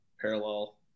parallel